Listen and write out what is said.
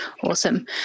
Awesome